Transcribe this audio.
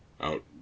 out